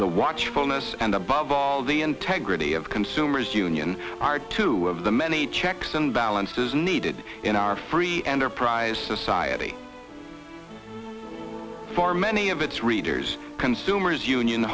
the watchfulness and above all the integrity of consumers union are two of the many checks and balances needed in our free enterprise society for many of its readers consumers union